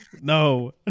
no